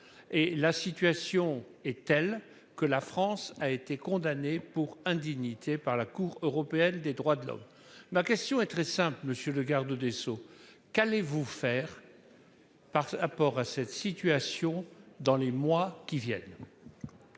la situation est telle que la France a été condamnés pour indignité par la Cour européenne des droits de l'homme. Ma question est très simple, monsieur le garde des Sceaux qu'allez-vous faire.-- Par rapport à cette situation, dans les mois qui viennent.--